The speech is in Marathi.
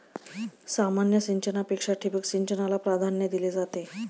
सामान्य सिंचनापेक्षा ठिबक सिंचनाला प्राधान्य दिले जाते